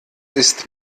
ist